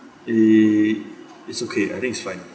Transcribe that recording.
eh it's okay I think it's fine